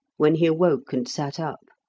when he awoke and sat up.